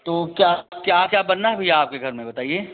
तो क्या क्या क्या बनना है भैया आपके घर में बताइए